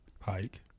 hike